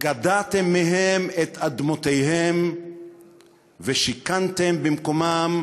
גדעתם מהם את אדמותיהם ושיכנתם במקומם